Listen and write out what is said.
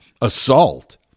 assault